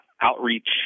outreach